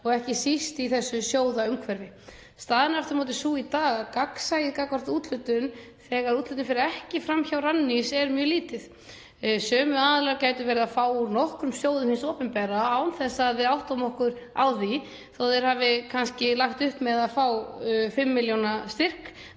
og ekki síst í þessu sjóðaumhverfi. Staðan er aftur á móti sú í dag að gagnsæi gagnvart úthlutun, þegar úthlutun fer ekki fram hjá Rannís, er mjög lítið. Sömu aðilar gætu verið að fá úr nokkrum sjóðum hins opinbera án þess að við áttuðum okkur á því. Þó að þeir hafi kannski lagt upp með að fá 5 milljóna styrk